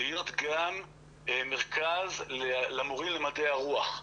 להיות גם מרכז למורים במדעי הרוח,